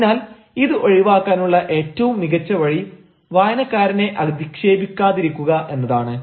അതിനാൽ ഇത് ഒഴിവാക്കാനുള്ള ഏറ്റവും മികച്ച വഴി വായനക്കാരനെ അധിക്ഷേപിക്കാതിരിക്കുക എന്നതാണ്